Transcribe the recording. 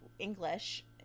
English